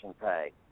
pay